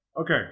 Okay